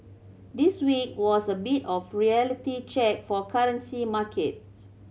this week was a bit of a reality check for currency markets